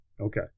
Okay